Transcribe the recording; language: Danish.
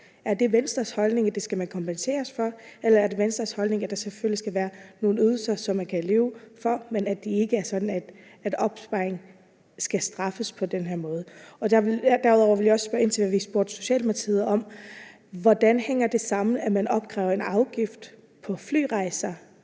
Er det Venstres holdning, at man skal kompenseres for det, eller er det Venstres holdning, at der selvfølgelig skal være nogle ydelser, som man kan leve for, men at det ikke er sådan, at opsparing skal straffes på den her måde? Derudover vil jeg også spørge ind til det, jeg også spurgte Socialdemokratiet om: Hvordan hænger det sammen, at man opkræver en afgift på flyrejser